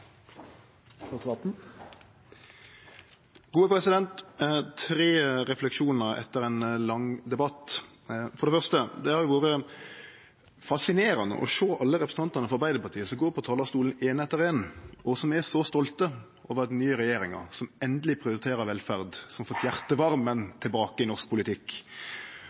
Tre refleksjonar etter ein lang debatt: For det første har det vore fascinerande å sjå alle representantane frå Arbeidarpartiet som går på talarstolen ein etter ein og er så stolte over den nye regjeringa som endeleg prioriterer velferd, som har fått hjartevarmen tilbake i norsk politikk.